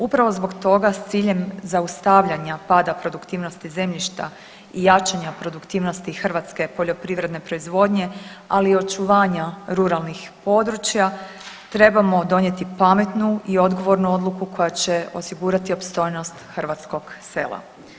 Upravo zbog toga, s ciljem zaustavljanja pada produktivnosti zemljišta i jačanja produktivnosti hrvatske poljoprivredne proizvodnje, ali i očuvanja ruralnih područja trebamo donijeti pametnu i odgovoru odluku koja će osigurati opstojnost hrvatskog sela.